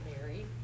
Mary